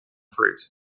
fruit